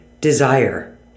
desire